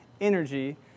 energy